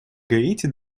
гаити